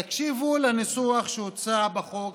תקשיבו לניסוח שהוצע בחוק,